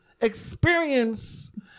experience